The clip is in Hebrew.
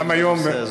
גם היום יש קנסות.